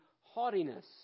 haughtiness